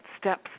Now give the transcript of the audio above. steps